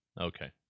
Okay